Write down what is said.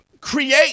create